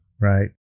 right